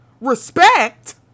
Respect